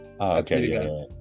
okay